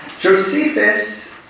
Josephus